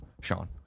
Sean